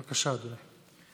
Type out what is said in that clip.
בבקשה, אדוני.